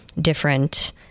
different